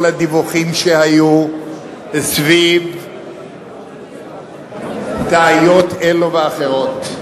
הדיווחים שהיו סביב בעיות אלה ואחרות.